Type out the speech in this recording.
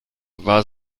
war